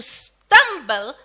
stumble